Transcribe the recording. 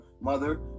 mother